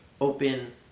Open